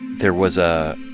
there was a